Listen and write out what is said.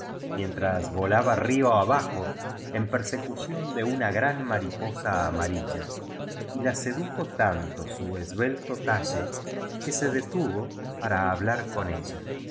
mientras volaba rio abajo en persecución de una gran mariposa amarilla y la sedujo tanto su esbelto talle que se detuvo para hablar con ella